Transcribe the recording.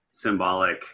Symbolic